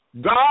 God